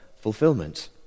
fulfillment